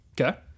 Okay